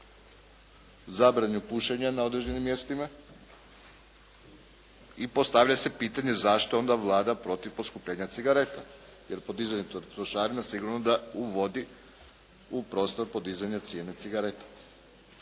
zabranu pušenja na određenim mjestima i postavlja se pitanje zašto je onda Vlada protiv poskupljenja cigareta jer podizanje trošarina sigurno da uvodi u prostor podizanje cijene cigareta,